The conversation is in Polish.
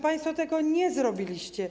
Państwo tego nie zrobiliście.